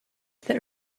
that